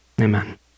amen